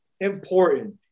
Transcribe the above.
important